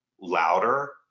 louder